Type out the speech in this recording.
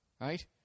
right